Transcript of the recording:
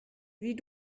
wie